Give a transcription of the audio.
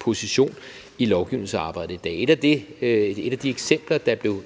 position i lovgivningsarbejdet i dag. Et af de eksempler,